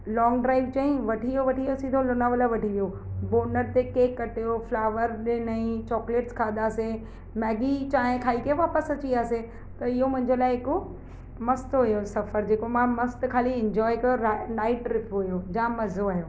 long drive चयई वठी वियो वठी वियो सिधो लोनावाला वठी वियो बोनट ते केक कटियो फ्लावर ॾिनई चॉक्लेट्स खाधासीं मैगी चांहि खाइ पी वापसि अची वियासीं त इहो मुंहिंजे लाइ हिकु मस्तु हुओ सफ़रु जेको मां मस्तु ख़ाली इंजॉय कयो रा नाइट ट्रिप हुओ जाम मज़ो आयो